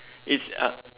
it's uh